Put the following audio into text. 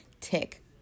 tick